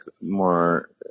more